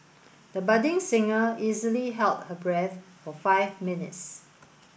the budding singer easily held her breath for five minutes